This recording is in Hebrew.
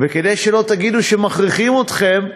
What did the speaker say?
וכדי שלא תגידו שמכריחים אתכם,